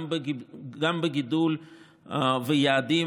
גם בגידול ויעדים,